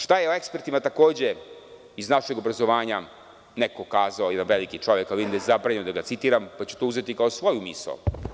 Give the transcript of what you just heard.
Šta je o ekspertima, takođe iz našeg obrazovanja neko kazao, jedan veliki čovek, ali mi je zabranjeno da ga citiram, pa ću to uzeti kao svoju misao.